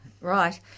right